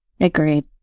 Agreed